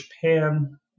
Japan